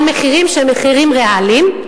על מחירים שהם מחירים ריאליים,